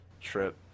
trip